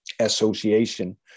association